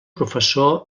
professor